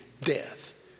death